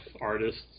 artists